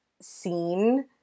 scene